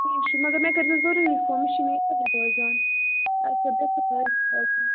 کیٚنٛہہ چھُ مگر مےٚ کٔرۍ زِ ضروٗری فون مےٚ چھُے نہٕ یادٕے روزان روزان اَدٕ سا بیٚہہ خۄدایَس حَوال